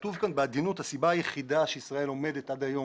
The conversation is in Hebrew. כתוב כאן בעדינות שהסיבה היחידה שישראל עומדת עד היום